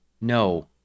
no